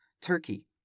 Turkey